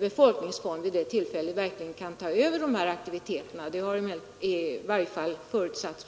befolkningsfond vid övergångstillfället kan överta de här aktiviteterna; det har i varje fall jag förutsatt.